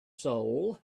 soul